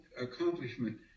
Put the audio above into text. accomplishment